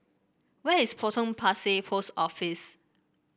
where is Potong Pasir Post Office